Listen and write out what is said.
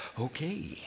Okay